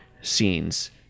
scenes